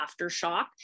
Aftershock